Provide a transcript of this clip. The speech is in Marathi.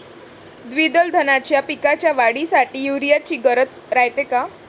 द्विदल धान्याच्या पिकाच्या वाढीसाठी यूरिया ची गरज रायते का?